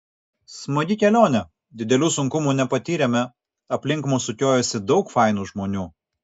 smagi kelionė didelių sunkumų nepatyrėme aplink mus sukiojosi daug fainų žmonių